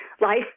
life